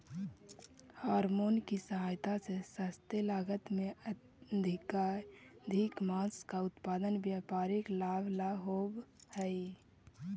hormone की सहायता से सस्ते लागत में अधिकाधिक माँस का उत्पादन व्यापारिक लाभ ला होवअ हई